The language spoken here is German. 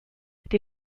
die